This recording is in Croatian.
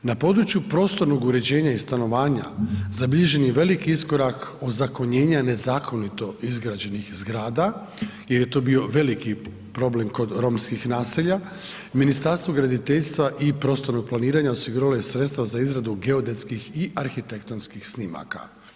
Na području prostornog uređenja i stanovanja zabilježen je veliki iskorak ozakonjenja nezakonito izgrađenih zgrada, jer je to bio veliki problem kod romskih naselja, Ministarstvo graditeljstva i prostornog planiranja osiguralo je sredstva za izradu geodetskih i arhitektonskih snimaka.